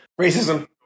racism